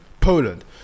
Poland